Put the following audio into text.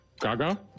Gaga